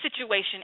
situation